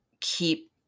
keep